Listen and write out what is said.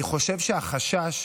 אני חושב שהחשש,